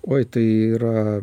oi tai yra